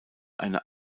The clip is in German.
eine